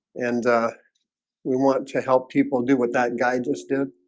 and we want to help people do what that guy. just did,